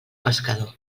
pescador